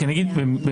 רק אני אגיד במשפט,